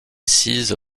sise